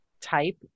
type